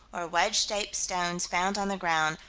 or wedge-shaped stones found on the ground,